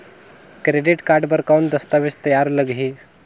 Credit card बर कौन दस्तावेज तैयार लगही?